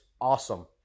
awesome